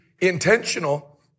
intentional